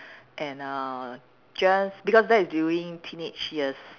and uh just because that is during teenage years